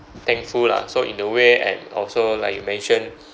thankful lah so in a way and also like you mentioned